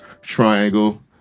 triangle